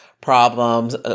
problems